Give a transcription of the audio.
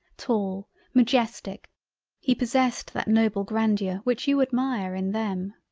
tall, magestic he possessed that noble grandeur which you admire in them.